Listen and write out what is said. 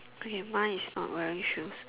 okay mine is not wearing shoes